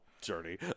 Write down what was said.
journey